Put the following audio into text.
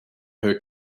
her